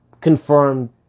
confirmed